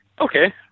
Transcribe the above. Okay